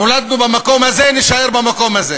נולדנו במקום הזה, נישאר במקום הזה.